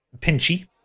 Pinchy